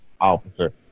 officer